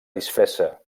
disfressa